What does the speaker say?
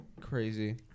crazy